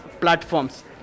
platforms